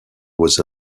was